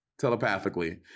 telepathically